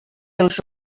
els